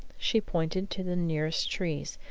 she pointed to the nearest trees,